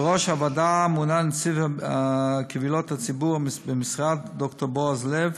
לראש הוועדה מונה נציב קבילות הציבור במשרד ד"ר בעז לב,